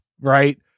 right